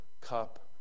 cup